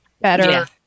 better